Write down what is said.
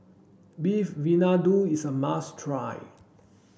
Beef Vindaloo is a must try